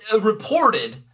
reported